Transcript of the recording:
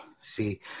see